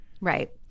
Right